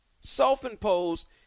Self-imposed